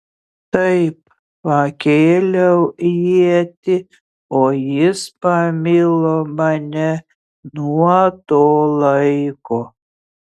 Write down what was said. taip pakėliau ietį o jis pamilo mane nuo to laiko